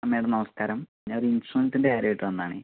ആ മേഡം നമസ്ക്കാരം ആ ഞാൻ ഒരു ഇൻഷൂറൻസിൻ്റെ കാര്യമായിട്ട് വന്നതാണെ